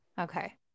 okay